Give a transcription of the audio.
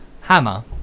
hammer